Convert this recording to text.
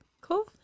cool